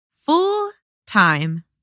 full-time